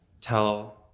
tell